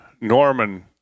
Norman